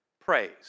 Praise